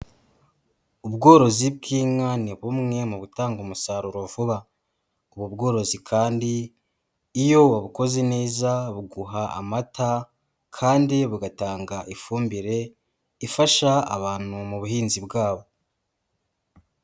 Ubworozi bw'inka ni bumwe mu butanga umusaruro vuba, ubu bworozi kandi iyo wabukoze neza, buguha amata kandi bugatanga ifumbire ifasha abantu mu buhinzi bwabo.